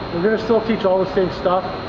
we're going to still teach all the same stuff